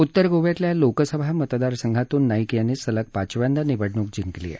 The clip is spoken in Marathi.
उत्तर गोव्यातल्या लोकसभा मतदार संघातून नाईक यांनी सलग पाचव्यांदा निवडणूक जिंकली आहे